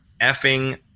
effing